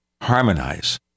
harmonize